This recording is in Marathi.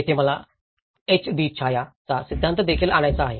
येथे मला एच डी छाया चा सिद्धांत देखील आणायचा आहे